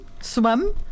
swim